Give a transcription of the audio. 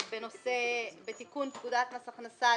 בתיקון פקודת מס הכנסה.